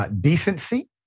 decency